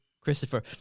Christopher